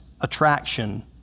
attraction